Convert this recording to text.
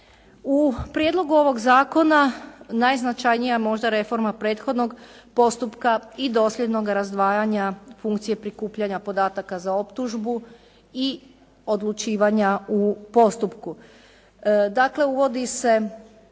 U prijedlogu ovog zakona najznačajnija možda reforma prethodnog postupka i dosljednoga razdvajanja funkcije prikupljanja podataka za optužbu i odlučivanja u postupku. Dakle uvodi se,